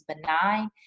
benign